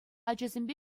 ачасемпе